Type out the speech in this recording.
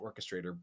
orchestrator